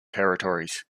territories